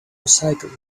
recycled